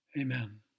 amen